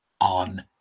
on